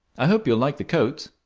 i hope you will like the coat,